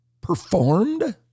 Performed